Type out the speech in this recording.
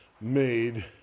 made